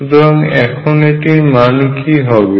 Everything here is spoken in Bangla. সুতরাং এখন এটির মান কি হবে